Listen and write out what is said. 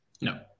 No